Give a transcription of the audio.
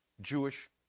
Jewish